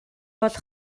бол